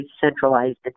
centralized